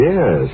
Yes